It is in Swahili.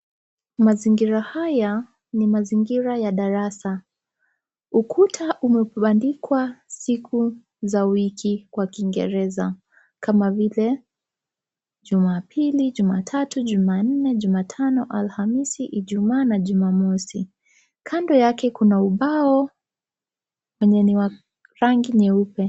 Mazingira haya ni mazingira ya darasa. Ukuta umebandikwa siku za wiki kwa Kiingereza kama vile Jumapili, Jumatatu, Jumanne, Jumatano, Alhamisi, Ijumaa na Jumamosi. Kando yake kuna ubao wenye ni wa rangi nyeupe.